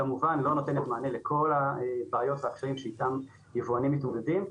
כמובן כל --- יבואנים כבדים,